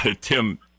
Tim